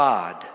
God